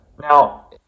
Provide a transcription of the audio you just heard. Now